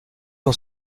ont